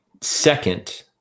second